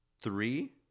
three